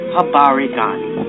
Habarigani